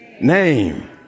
name